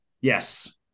Yes